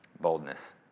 boldness